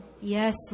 Yes